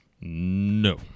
No